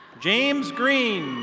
james green.